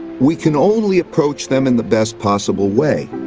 we can only approach them in the best possible way.